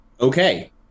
Okay